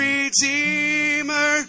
Redeemer